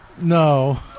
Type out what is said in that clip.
No